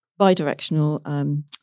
bidirectional